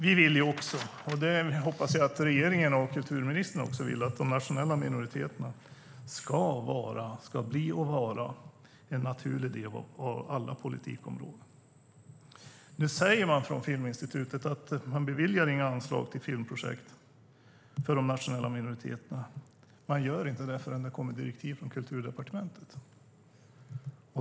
Vi vill ju - och det hoppas jag att också regeringen och kulturministern vill - att de nationella minoriteterna ska bli och vara en naturlig del på alla politikområden. Nu säger man från Filminstitutet att man inte beviljar några anslag till de nationella minoriteterna för filmprojekt förrän det kommer direktiv från Kulturdepartementet.